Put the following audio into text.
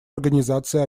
организации